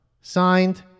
Signed